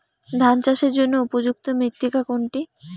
ধান চাষের জন্য উপযুক্ত মৃত্তিকা কোনটি?